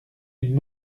une